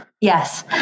Yes